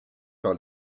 par